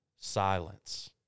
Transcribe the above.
Silence